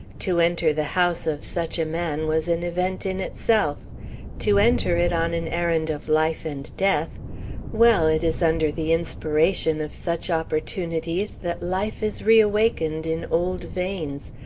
to enter the house of such a man was an event in itself to enter it on an errand of life and death well, it is under the inspiration of such opportunities that life is reawakened in old veins,